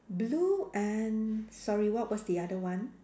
blue and sorry what was the other one